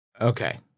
Okay